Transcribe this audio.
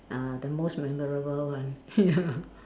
are the most memorable one ya